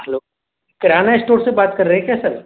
hello kirana store से बात कर रहे हैं क्या सर